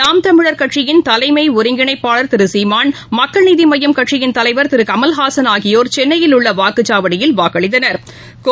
நாம் தமிழர் கட்சியின் தலைமை ஒருங்கிணைப்பாளர் திரு சீமான் மக்கள் நீதி மய்யம் கட்சியின் தலைவா் திரு கமலஹாசன் ஆகியோா் சென்னையில் உள்ள வாக்குச்சாவடியில் வாக்களித்தனா்